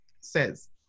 says